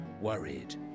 worried